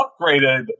upgraded